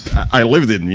i lived in, and